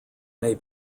may